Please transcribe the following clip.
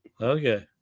okay